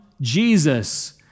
Jesus